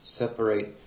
separate